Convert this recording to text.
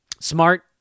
Smart